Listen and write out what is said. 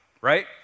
right